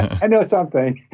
i know something.